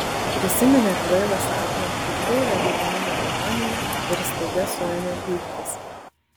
prisiminė kvailą sapną užgaulią gedimino ironiją ir staiga suėmė pyktis